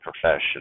profession